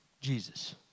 Jesus